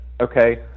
Okay